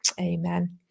Amen